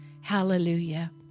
Hallelujah